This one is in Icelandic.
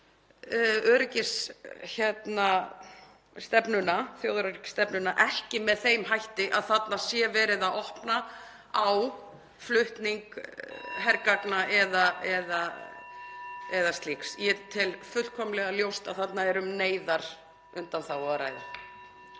þjóðaröryggisstefnuna ekki með þeim hætti að þarna sé verið að opna á flutning hergagna eða slíks. (Forseti hringir.) Ég tel fullkomlega ljóst að þarna er um neyðarundanþágu að ræða.